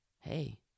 hey